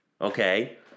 Okay